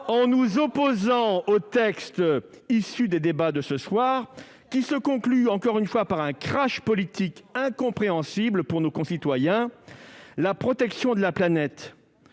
en nous opposant au texte issu des débats de ce soir, qui se conclut par un crash politique incompréhensible pour nos concitoyens. La protection de la planète,